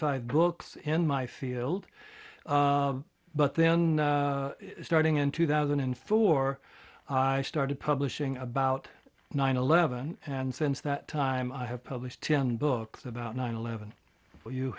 five books in my field but then starting in two thousand and four i started publishing about nine eleven and since that time i have published ten books about nine eleven